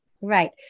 Right